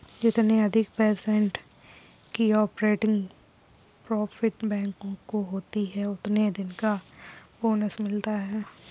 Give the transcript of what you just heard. जितने अधिक पर्सेन्ट की ऑपरेटिंग प्रॉफिट बैंकों को होती हैं उतने दिन का बोनस मिलता हैं